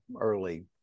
early